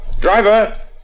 Driver